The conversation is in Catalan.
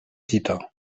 quito